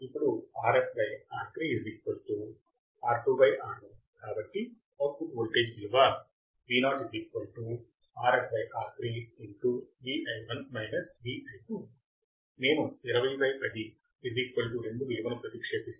ఇప్పుడు Rf R3 R2 R1 కాబట్టి output voltage విలువ నేను 2010 2 విలువను ప్రతిక్షేపిస్తే కాబట్టి 2